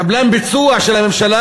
קבלן ביצוע של הממשלה,